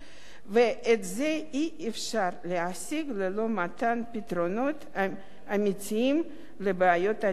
ואת זה אי-אפשר להשיג ללא מתן פתרונות אמיתיים לבעיות הדיור.